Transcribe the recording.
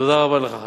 תודה רבה לך,